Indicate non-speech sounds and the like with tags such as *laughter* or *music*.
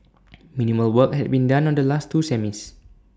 *noise* minimal work had been done on the last two semis